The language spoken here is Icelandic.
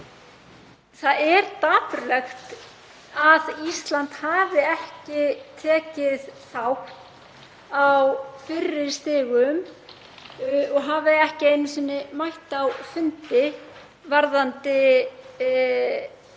Það er dapurlegt að Ísland hafi ekki tekið þátt á fyrri stigum og hafi ekki einu sinni mætt á fundi varðandi þennan